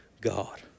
God